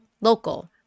local